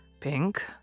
Pink